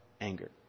anger